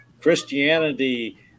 Christianity